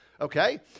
Okay